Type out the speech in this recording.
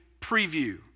preview